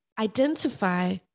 identify